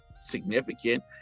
significant